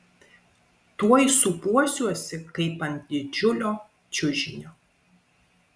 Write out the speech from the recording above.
tuoj sūpuosiuosi kaip ant didžiulio čiužinio